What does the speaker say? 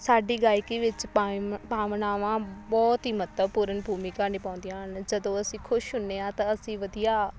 ਸਾਡੀ ਗਾਇਕੀ ਵਿੱਚ ਭਾਈ ਭਾਵਨਾਵਾਂ ਬਹੁਤ ਹੀ ਮਹੱਤਵਪੂਰਨ ਭੂਮਿਕਾ ਨਿਭਾਉਂਦੀਆਂ ਹਨ ਜਦੋਂ ਅਸੀਂ ਖੁਸ਼ ਹੁੰਦੇ ਹਾਂ ਤਾਂ ਅਸੀਂ ਵਧੀਆ